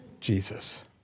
Jesus